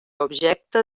objecte